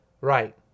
Right